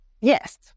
Yes